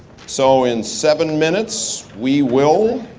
so in seven minutes, we will,